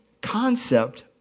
concept